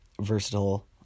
versatile